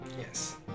Yes